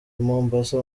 mombasa